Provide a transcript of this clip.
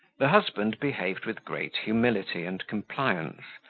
the husband behaved with great humility and compliance,